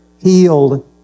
healed